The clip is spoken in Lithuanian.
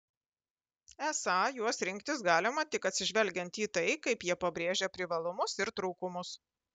esą juos rinktis galima tik atsižvelgiant į tai kaip jie pabrėžia privalumus ir trūkumus